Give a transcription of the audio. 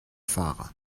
fahrer